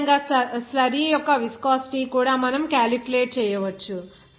అదేవిధంగా స్లర్రీ యొక్క విస్కోసిటీ కూడా మనము క్యాలిక్యులేట్ చేయవచ్చు